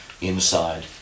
inside